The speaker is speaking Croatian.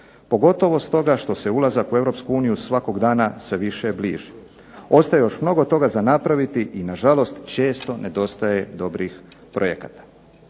pogotovo stoga što se ulazak u Europsku uniju svakog dana više bliži. Ostaje još mnogo toga za napraviti i na žalost često nedostaje dobrih projekata.